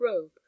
robe